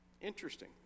interesting